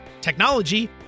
technology